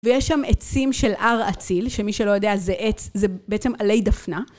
ויש שם עצים של ער עציל, שמי שלא יודע זה עץ, זה בעצם עלי דפנה.